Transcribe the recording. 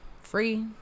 free